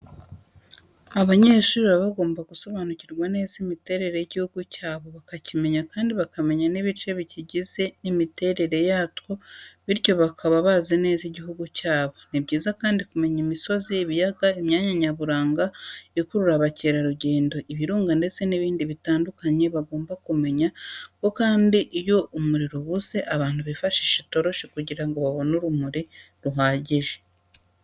Abanyeshuri baba bagomba gusobanukirwa neza imiterere y'igihugu cyabo bakakimenya kandi bakamenya n'ibice bikigize n'imiterere yatwo bityo baka bazi neza igihugu cyabo. Ni byiza kandi kumenya imisozi, ibiyaga , imyanya nyaburanga ikurura abakerarugendo, ibirunga ndetse n'ibindi bitandukanye. Bagomba kumenya ko kandi iyo umuriro ubuze abantu bifashisha itoroshi kugira ngo babone urumuri ruhagije.